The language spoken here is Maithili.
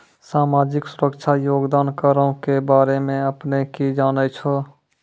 समाजिक सुरक्षा योगदान करो के बारे मे अपने कि जानै छो?